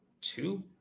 two